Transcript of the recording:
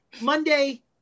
Monday